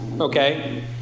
Okay